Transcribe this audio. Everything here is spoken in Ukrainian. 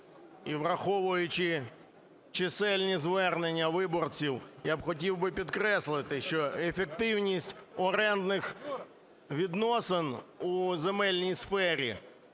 враховуючи чисельні звернення виборців, я б хотів би підкреслити, що ефективність орендних відносин у земельній сфері